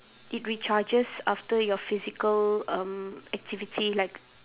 it recharges after your physical um activity like